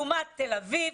לעומת אוניברסיטת תל-אביב,